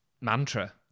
mantra